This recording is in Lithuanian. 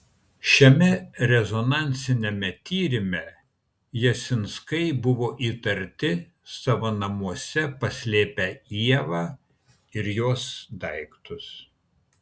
šiame rezonansiniame tyrime jasinskai buvo įtarti savo namuose paslėpę ievą ir jos daiktus